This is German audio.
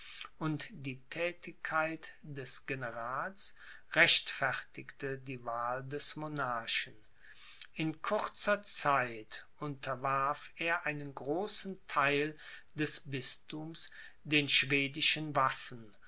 und die thätigkeit des generals rechtfertigte die wahl des monarchen in kurzer zeit unterwarf er einen großen theil des bisthums den schwedischen waffen